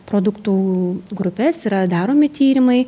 produktų grupes yra daromi tyrimai